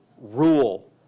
rule